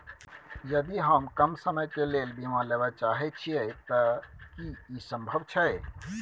यदि हम कम समय के लेल बीमा लेबे चाहे छिये त की इ संभव छै?